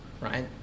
right